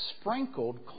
sprinkled